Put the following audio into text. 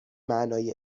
معنای